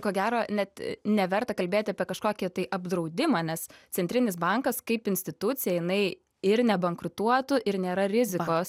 ko gero net neverta kalbėti apie kažkokį tai apdraudimą nes centrinis bankas kaip institucija jinai ir nebankrutuotų ir nėra rizikos